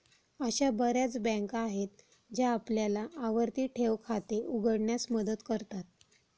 अशा बर्याच बँका आहेत ज्या आपल्याला आवर्ती ठेव खाते उघडण्यास मदत करतात